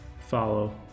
follow